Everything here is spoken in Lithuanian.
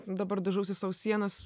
dabar dažausi sau sienas